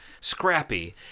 scrappy